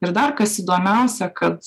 ir dar kas įdomiausia kad